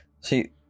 See